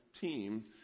team